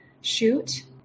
shoot